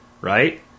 right